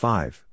Five